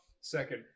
second